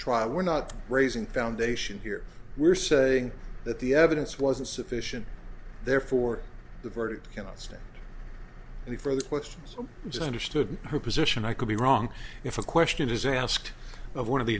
trial we're not raising foundation here we're saying that the evidence wasn't sufficient therefore the verdict cannot stand any further questions it's understood her position i could be wrong if a question is asked of one of the